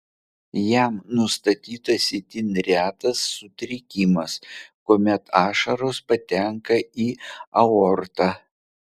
jam nustatytas itin retas sutrikimas kuomet ašaros patenka į aortą